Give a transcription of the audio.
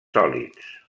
sòlids